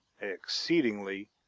exceedingly